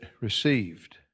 received